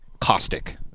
caustic